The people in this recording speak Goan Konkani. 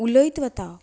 उलयत वता